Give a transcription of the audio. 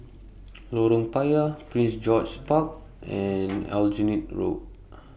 Lorong Payah Prince George's Park and Aljunied Road